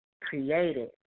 created